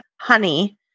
honey